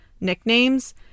nicknames